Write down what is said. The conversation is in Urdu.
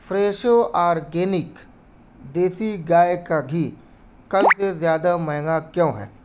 فریشو آرگینک دیسی گائے کا گھی کل سے زیادہ مہنگا کیوں ہے